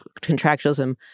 contractualism